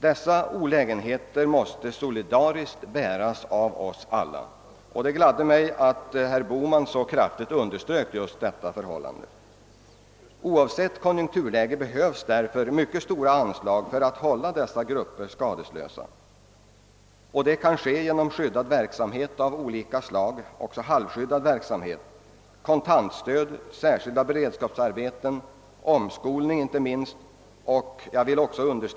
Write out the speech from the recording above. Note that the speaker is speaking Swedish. Dessa olägenheter måste solidariskt bäras av oss alla, och det gladde mig att herr Bohman så kraftigt underströk just detta förhållande. Oavsett konjunkturläget behövs därför mycket stora anslag för att hålla dessa grupper skadeslösa, vilket kan åstadkommas genom skyddad och halvskyddad verksamhet av olika slag, kontantstöd, särskilda beredskapsarbeten, omskolning och inte minst en rad lokaliseringspolitiska åtgärder.